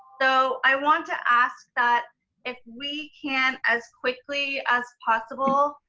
so i want to ask that if we can, as quickly as possible,